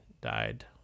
died